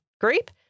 group